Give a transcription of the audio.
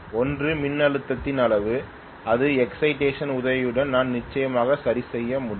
ஒன்று மின்னழுத்தத்தின் அளவு இது எக்சைடேஷன் உதவியுடன் நான் நிச்சயமாக சரிசெய்ய முடியும்